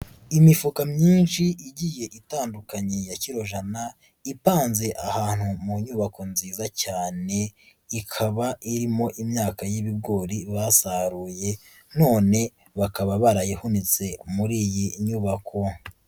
Imifuka myinshi igiye itandukanye ya kiro jana ipanze ahantu mu nyubako nziza cyane, ikaba irimo imyaka y'ibigori basaruye none bakaba barayihunitse muri iyi nyubako.